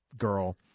Girl